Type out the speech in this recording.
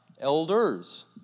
Elders